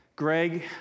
Greg